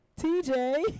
TJ